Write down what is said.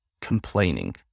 complaining